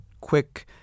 quick